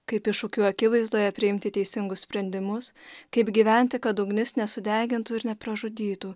kaip iššūkių akivaizdoje priimti teisingus sprendimus kaip gyventi kad ugnis nesudegintų ir nepražudytų